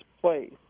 place